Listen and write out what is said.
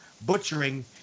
butchering